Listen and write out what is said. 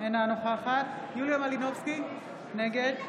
אינה נוכחת יוליה מלינובסקי, נגד